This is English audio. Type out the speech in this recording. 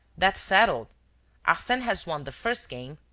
that's settled arsene has won the first game.